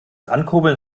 ankurbeln